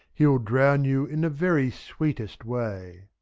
he'll drown you in the very sweetest way.